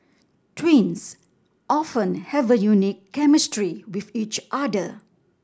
twins often have a unique chemistry with each other